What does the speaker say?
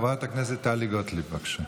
חברת הכנסת טלי גוטליב, בבקשה.